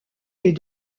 est